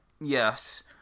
Yes